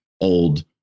old